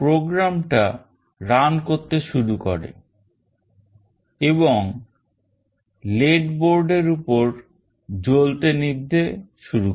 programme টা run করতে শুরু করে এবং LED boardএর উপর জ্বলতে নিভতে শুরু করে